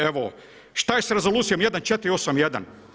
Evo, šta je sa rezolucijom 1.4.8.1.